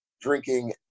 drinking